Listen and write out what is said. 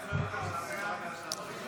חרבות ברזל)